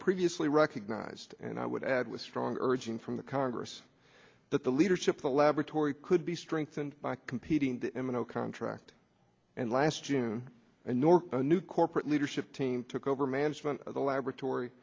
previously recognized and i would add with strong urging from the congress that the leadership the laboratory could be strengthened by competing to him in a contract and last june and nor a new corporate leadership team took over management of the laboratory